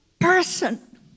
person